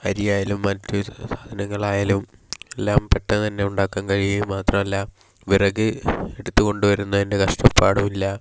അരിയായാലും മറ്റു സാധനങ്ങൾ ആയാലും എല്ലാം പെട്ടെന്നു തന്നെ ഉണ്ടാക്കാൻ കഴിയും മാത്രമല്ല വിറക് എടുത്തുകൊണ്ടു വരുന്നതിൻ്റെ കഷ്ടപ്പാടുമില്ല